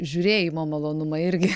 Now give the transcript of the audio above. žiūrėjimo malonumą irgi